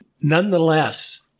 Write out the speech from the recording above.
Nonetheless